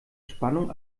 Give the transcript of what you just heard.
spannung